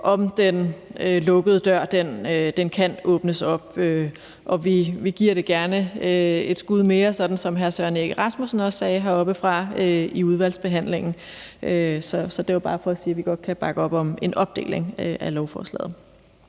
om den lukkede dør kan åbnes op. Men vi giver det gerne et skud mere, sådan som hr. Søren Egge Rasmussen også sagde heroppe fra, i udvalgsbehandlingen. Så det er bare for at sige, at vi godt kan bakke op om en opdeling af lovforslaget.